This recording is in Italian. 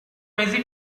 mesi